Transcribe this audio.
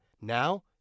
Now